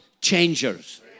changers